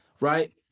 right